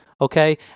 Okay